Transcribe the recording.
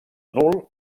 nul